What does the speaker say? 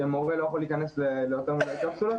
מורה לא יכול להיכנס ליותר מדי קפסולות